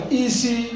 easy